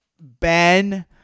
Ben